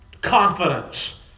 confidence